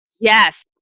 Yes